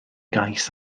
gais